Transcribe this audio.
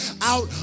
out